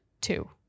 two